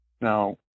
now